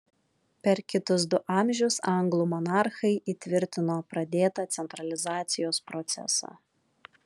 per kitus du amžius anglų monarchai įtvirtino pradėtą centralizacijos procesą